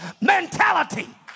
mentality